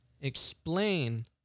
explain